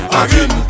again